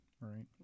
right